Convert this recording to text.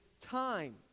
time